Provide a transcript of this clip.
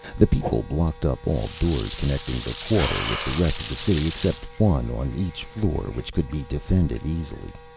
the people blocked up all doors connecting the quarter with the rest of the city, except one on each floor, which could be defended easily.